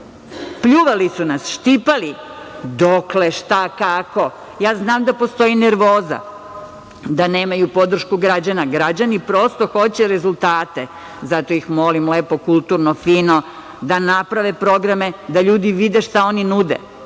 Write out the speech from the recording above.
Pljuvali su nas, štipali. Dokle, šta, kako? Znam da postoji nervoza, da nemaju podršku građana. Građani prosto hoće rezultate, zato ih molim lepo, kulturno, fino da naprave programe, da ljudi vide šta oni nude.